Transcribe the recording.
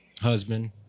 husband